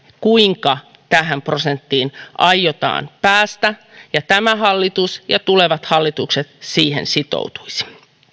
kuinka tähän prosenttiin aiotaan päästä ja tämä hallitus ja tulevat hallitukset siihen sitoutuisivat